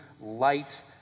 light